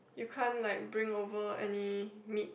you can't like bring over any meat